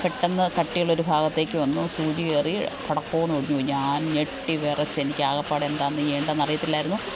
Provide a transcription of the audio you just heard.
പെട്ടെന്ന് കട്ടിയുള്ളൊരു ഭാഗത്തേക്ക് വന്നു സൂചി കയറി പടക്കോന്ന് ഒടിഞ്ഞുപോയി ഞാൻ ഞെട്ടിവിറച്ച് എനിക്കാകെപ്പാടെ എന്താ ചെയ്യേണ്ടേന്നറിയത്തില്ലായിരുന്നു